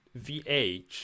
vh